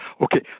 okay